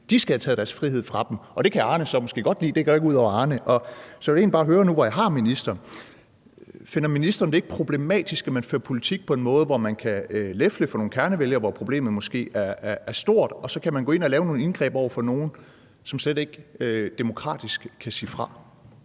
bare skal have frataget deres frihed. Og det kan Arne sådan set godt lide; det går ikke ud over Arne. Så jeg vil egentlig bare høre nu, hvor jeg har ministeren: Finder ministeren det ikke problematisk, at man fører politik på en måde, hvor man kan lefle for nogle kernevælgere, hvor problemet måske er stort, og så kan man gå ind og lave nogle indgreb over for nogle, som slet ikke demokratisk kan sige fra?